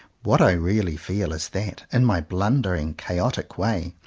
what i really feel is that, in my blundering chaotic way,